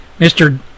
Mr